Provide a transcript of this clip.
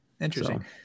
interesting